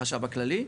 זה היה בחשב הכללי,